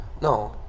No